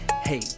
Hey